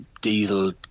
diesel